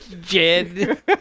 Jed